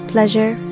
Pleasure